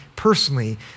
personally